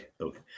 okay